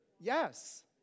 Yes